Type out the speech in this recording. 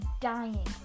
dying